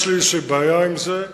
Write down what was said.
יש לי איזו בעיה עם זה.